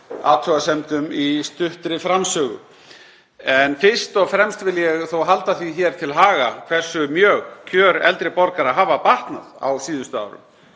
athugasemdum í stuttri framsögu. Fyrst og fremst vil ég þó halda því hér til haga hversu mjög kjör eldri borgara hafa batnað á síðustu árum.